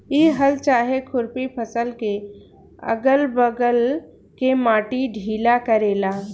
इ हल चाहे खुरपी फसल के अगल बगल के माटी ढीला करेला